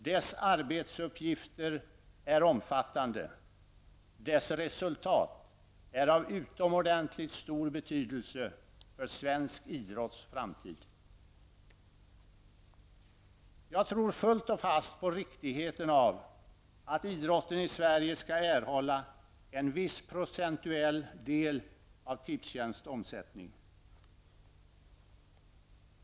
Dess arbetsuppgifter är omfattande och dess resultat av utomordentligt stor betydelse för svensk idrotts framtid. Jag tror fullt och fast på riktigheten av att idrotten i Sverige skall erhålla en viss procentuell del av Tipstjänsts omsättning.